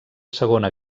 segona